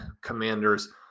commanders